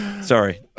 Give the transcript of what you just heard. Sorry